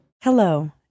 Hello